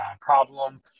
problem